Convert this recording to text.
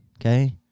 okay